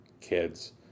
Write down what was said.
kids